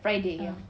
friday ya